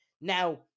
Now